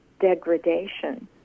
Degradation